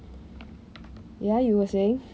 ya you were saying